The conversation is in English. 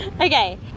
okay